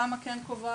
התמ"א כן קובעת,